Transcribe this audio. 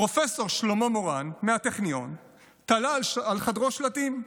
פרופ' שלמה מורן מהטכניון תלה על חדרו שלטים: